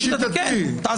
לשיטתי כן.